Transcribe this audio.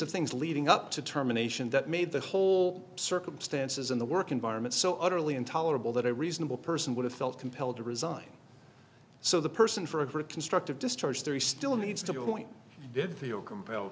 of things leading up to terminations that made the whole circumstances in the work environment so utterly intolerable that a reasonable person would have felt compelled to resign so the person for constructive discharge three still needs to point did feel compelled